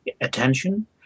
attention